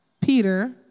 Peter